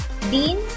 Dean